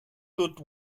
good